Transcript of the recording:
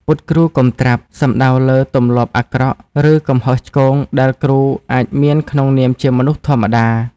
«ពុតគ្រូកុំត្រាប់» សំដៅលើទម្លាប់អាក្រក់ ឬកំហុសឆ្គងដែលគ្រូអាចមានក្នុងនាមជាមនុស្សធម្មតា។